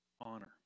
honor